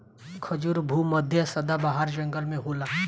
खजूर भू मध्य सदाबाहर जंगल में होला